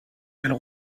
elle